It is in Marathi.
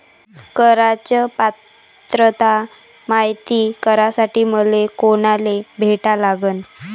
कराच पात्रता मायती करासाठी मले कोनाले भेटा लागन?